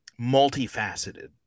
multifaceted